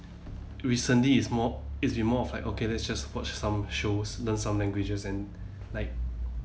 recently it's more it's more of like okay let's just watch some shows learn some languages and like